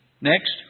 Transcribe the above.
Next